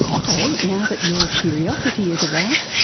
so now that your curiosity is aroused,